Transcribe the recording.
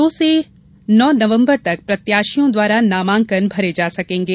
दो से नौ नवंबर तक प्रत्याशियों द्वारा नामांकन भरे जा सकेंगे